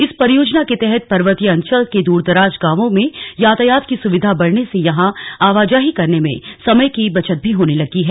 इस परियोजना के तहत पर्वतीय अंचल के दूरदराज गांवों में यातायात की सुविधा बढ़ने से यहां आवाजाही करने में समय की बचत भी होने लगी है